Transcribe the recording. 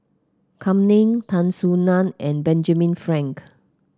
Kam Ning Tan Soo Nan and Benjamin Frank